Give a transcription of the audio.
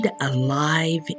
Alive